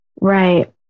right